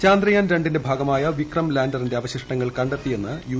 ചന്ദ്രയാൻ രണ്ടിന്റെ ഭാഗിമായ വിക്രം ലാൻഡറിന്റെ ന് അവശിഷ്ടങ്ങൾ കണ്ടെത്തിയെന്ന് യു